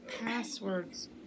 passwords